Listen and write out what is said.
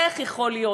איך יכול להיות?